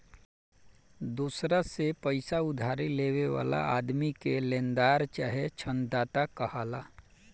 दोसरा से पईसा उधारी लेवे वाला आदमी के लेनदार चाहे ऋणदाता कहाला